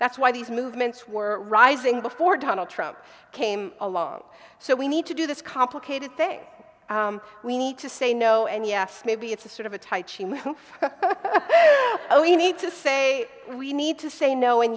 that's why these movements were rising before donald trump came along so we need to do this complicated thing we need to say no and yes maybe it's a sort of a tight oh you need to say we need to say no and